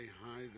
hi